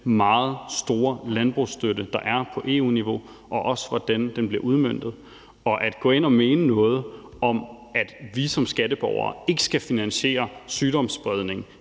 meget store landbrugsstøtte, der er på EU-niveau, og også i forhold til hvordan den bliver udmøntet. Og at gå ind og mene noget om, at vi som skatteborgere ikke skal finansiere sygdomsspredning